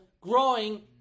growing